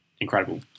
Incredible